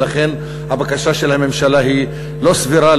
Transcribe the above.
ולכן הבקשה של הממשלה היא לא סבירה,